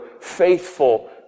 faithful